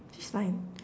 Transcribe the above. she's fine